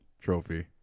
trophy